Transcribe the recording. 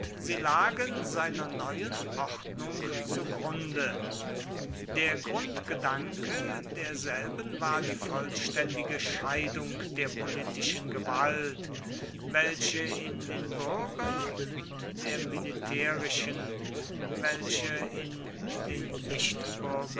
sie lagen seiner neuen ordnung zu grunde der grundgedanke derselben war die vollständige scheidung der politischen gewalt welche in den bürger und der militärischen welche in den